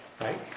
right